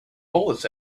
bullets